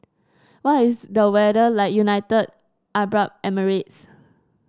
what is the weather like in United Arab Emirates